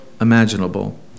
imaginable